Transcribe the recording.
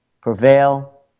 prevail